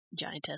giantess